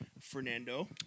Fernando